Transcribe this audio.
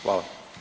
Hvala.